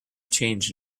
change